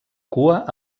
cua